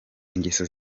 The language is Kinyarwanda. ingeso